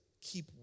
Keep